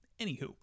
Anywho